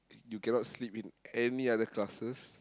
you cannot sleep in any other classes